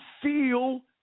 feel